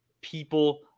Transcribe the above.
people